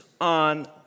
on